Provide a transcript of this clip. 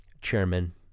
Chairman